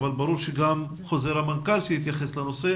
אבל ברור שגם חוזר המנכ"ל צריך להתייחס לנושא.